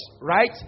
right